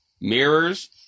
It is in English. mirrors